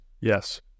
Yes